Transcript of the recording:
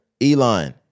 Elon